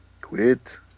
Quit